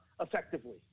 effectively